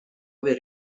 aver